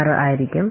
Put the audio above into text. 26 ആയിരിക്കും